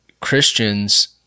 Christians